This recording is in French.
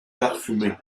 parfumée